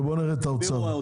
בוא נראה את האוצר.